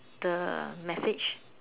the message